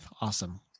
Awesome